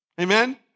Amen